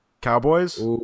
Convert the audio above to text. Cowboys